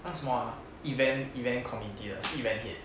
那什么啊 event event committee 的是 event head